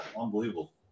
unbelievable